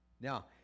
Now